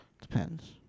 Depends